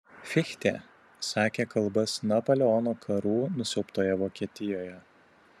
fichtė sakė kalbas napoleono karų nusiaubtoje vokietijoje